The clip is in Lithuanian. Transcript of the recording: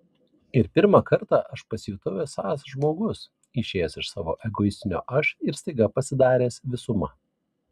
ir pirmą kartą aš pasijutau esąs žmogus išėjęs iš savo egoistinio aš ir staiga pasidaręs visuma